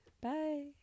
Bye